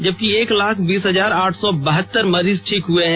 जबकि एक लाख बीस हजार आठ सौ बहत्तर मरीज ठीक हुए हैं